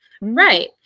Right